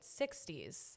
60s